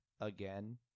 again